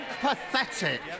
pathetic